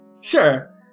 sure